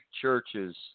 churches